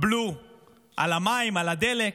הבלו על המים, על הדלק,